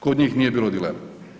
Kod njih nije bilo dileme.